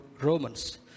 Romans